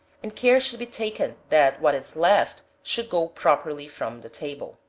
and care should be taken that what is left should go properly from the table.